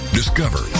discover